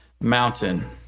mountain